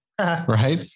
Right